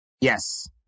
Yes